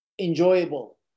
enjoyable